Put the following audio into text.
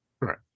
Right